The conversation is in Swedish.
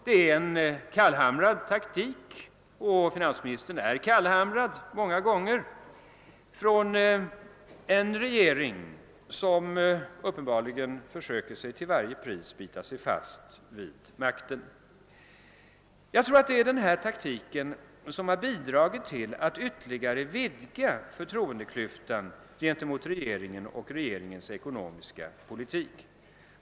Det är en kallhamrad taktik — och finansministern är kallhamrad många gånger — från en regering, som uppenbarligen försöker att till varje pris bita sig fast vid makten. Jag tror att denna taktik har bidragit till att ytterligare vidga förtroendeklyftan inför regeringen och dess ekonomiska politik.